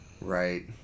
Right